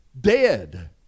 dead